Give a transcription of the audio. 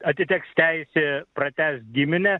atiteks teisė pratęst giminę